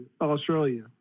Australia